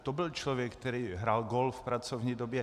To byl člověk, který hrál golf v pracovní době.